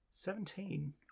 Seventeen